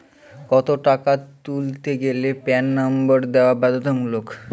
কত টাকা তুলতে গেলে প্যান নম্বর দেওয়া বাধ্যতামূলক?